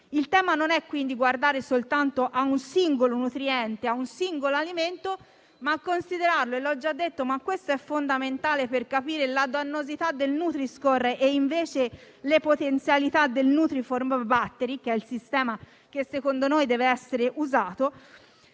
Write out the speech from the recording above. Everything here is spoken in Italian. Il tema non è, quindi, guardare soltanto a un singolo nutriente e a un singolo alimento, ma di considerarlo: l'ho già detto, ma questo è un punto fondamentale per capire la dannosità del nutri-score e, invece, le potenzialità del nutrinform battery, che è il sistema che, secondo noi, deve essere